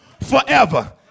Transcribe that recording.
forever